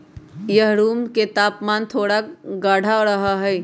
यह रूम के तापमान पर थोड़ा गाढ़ा रहा हई